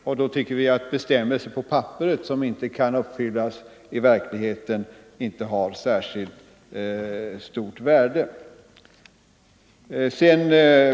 Vi tycker att bestämmelser på papperet som inte kan efterlevas i verkligheten inte har särskilt stort värde.